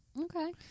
Okay